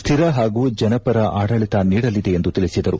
ಸ್ವಿರ ಹಾಗೂ ಜನಪರ ಆಡಳತ ನೀಡಲಿದೆ ಎಂದು ತಿಳಿಸಿದರು